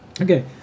Okay